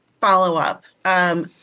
follow-up